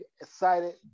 excited